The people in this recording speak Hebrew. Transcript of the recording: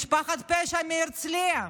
משפחת פשע מהרצליה.